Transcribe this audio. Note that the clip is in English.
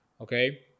okay